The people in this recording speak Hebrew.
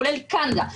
כולל קנדה,